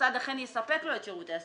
המוסד אכן יספק לו את שירותי הסיעוד,